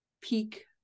peak